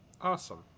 Awesome